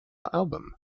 album